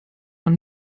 von